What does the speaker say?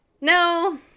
No